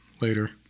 later